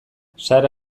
sara